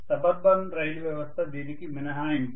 suburban rail వ్యవస్థ దీనికి మినహాయింపు